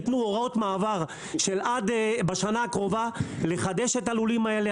יתנו הוראות מעבר בשנה הקרובה לחדש את הלולים האלה.